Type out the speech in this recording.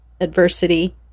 adversity